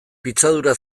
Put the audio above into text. pitzadura